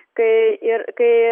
kai ir kai